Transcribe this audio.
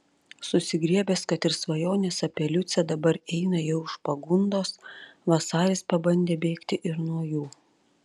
susigriebęs kad ir svajonės apie liucę dabar eina jau iš pagundos vasaris pabandė bėgti ir nuo jų